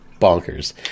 bonkers